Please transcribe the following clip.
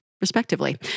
respectively